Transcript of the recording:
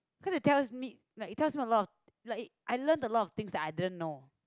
cause it tells me like it tells me a lot like I learn a lot of things that I didn't know